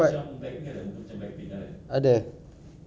boleh ah I think I think can get ah